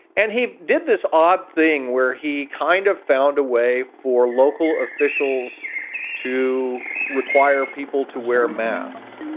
and he did this odd thing where he kind of found a way for local officials to require people to wear masks